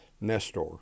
Nestor